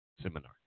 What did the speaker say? seminar